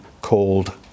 called